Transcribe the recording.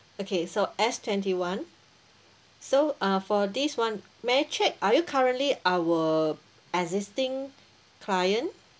okay so S twenty one so uh for this [one] may I check are you currently our existing client